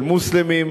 של מוסלמים.